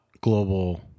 global